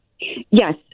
Yes